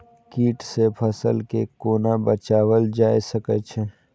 कीट से फसल के कोना बचावल जाय सकैछ?